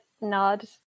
nod